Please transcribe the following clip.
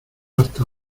hasta